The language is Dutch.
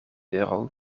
euro